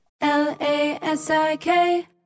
L-A-S-I-K